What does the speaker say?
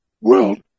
world